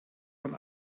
von